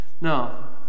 Now